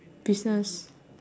business